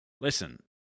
listen